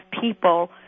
people